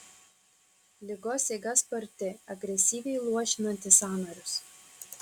ligos eiga sparti agresyviai luošinanti sąnarius